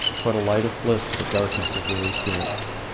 what a light of bliss to the darkness of weary spirits?